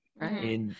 right